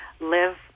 live